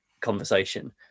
conversation